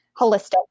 holistic